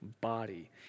body